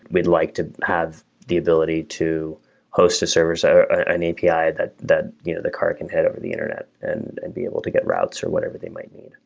we'd like to have the ability to host a service, or an api that that you know the car can head over the internet and be able to get routes or whatever they might need.